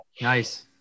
Nice